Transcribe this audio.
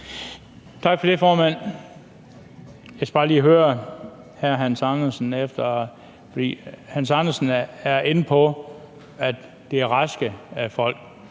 Tak for det, formand. Jeg skal bare lige høre hr. Hans Andersen om en ting. For hr. Hans Andersen er inde på, at det er raske folk.